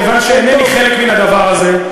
כיוון שאינני חלק מהדבר הזה,